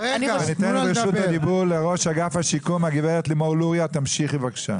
ראש אגף השיקום, הגברת לוריא, תמשיכי בבקשה.